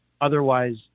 Otherwise